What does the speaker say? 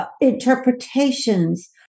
interpretations